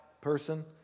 person